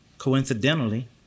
Coincidentally